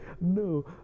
No